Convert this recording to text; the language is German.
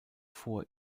vor